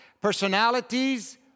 personalities